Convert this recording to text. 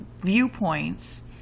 viewpoints